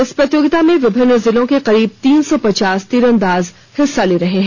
इस प्रतियोगिता में विभिन्न जिलों के करीब तीन सौ पचास तीरंदाज हिस्सा ले रहे हैं